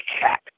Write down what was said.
Cat